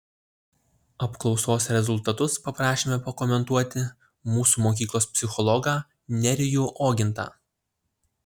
apklausos rezultatus paprašėme pakomentuoti mūsų mokyklos psichologą nerijų ogintą